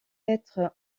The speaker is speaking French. être